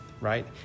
right